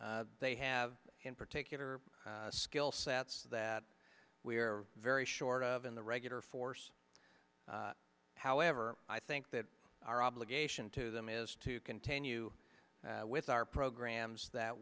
them they have particular skill sets that we're very short of in the regular force however i think that our obligation to them is to continue with our programs that